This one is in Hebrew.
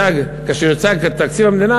כאשר יוצג כאן תקציב המדינה,